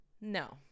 no